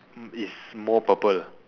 is more purple